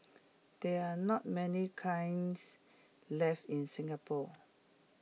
there are not many kilns left in Singapore